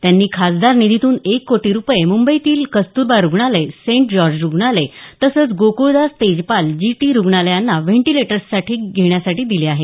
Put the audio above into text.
त्यांनी खासदार निधीतून एक कोटी रुपये मुंबईतील कस्तूरबा रुग्णालय सेंट जॉर्ज रुग्णालय तसंच गोक्ळदास तेजपाल जीटी रुग्णालयाना व्हेंटिलेटर्स घेण्यासाठी दिले आहेत